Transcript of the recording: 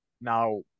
Now